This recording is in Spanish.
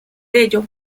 ello